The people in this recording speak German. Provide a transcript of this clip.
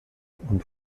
und